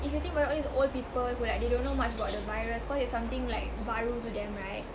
if you think about it all these old people who like they don't know much about the virus cause it's something like baru to them right